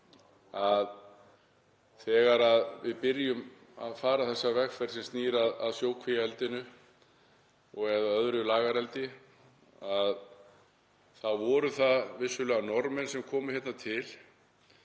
að þegar við byrjuðum að fara þessa vegferð sem snýr að sjókvíaeldinu eða öðru lagareldi þá voru það vissulega Norðmenn sem komu hérna til,